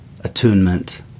attunement